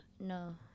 no